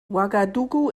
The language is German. ouagadougou